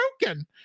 broken